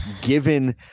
Given